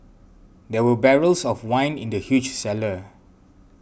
there were barrels of wine in the huge cellar